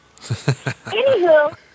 Anywho